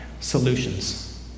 solutions